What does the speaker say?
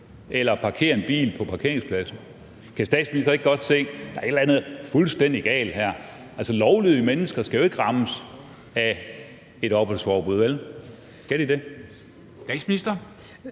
eller parkere en bil på parkeringspladsen. Kan statsministeren ikke godt se, at der et eller andet fuldstændig galt her? Altså, lovlydige mennesker skal jo ikke rammes af et opholdsforbud, vel? Skal de det?